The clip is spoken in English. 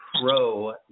pro